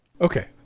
Okay